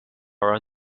around